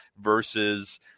versus